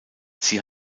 sie